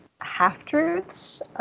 half-truths